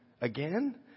again